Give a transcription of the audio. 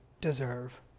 deserve